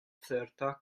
certa